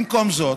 במקום זאת,